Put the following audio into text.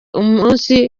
umunsi